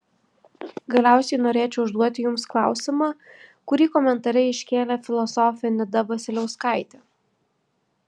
galiausiai norėčiau užduoti jums klausimą kurį komentare iškėlė filosofė nida vasiliauskaitė